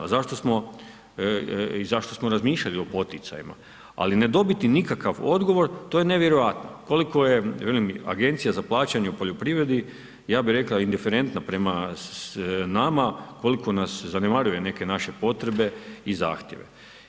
A zašto smo i zašto smo razmišljali o poticajima, ali ne dobiti nikakav odgovor, to je nevjerojatno koliko je velim, Agencija za plaćanje u poljoprivredi, ja bih rekao, indiferentna prema nama koliko nas zanemaruje, neke naše potrebe i zahtjeve.